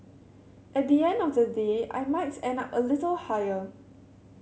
at the end of the day I might end up a little higher